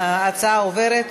התשע"ה 2015,